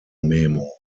memo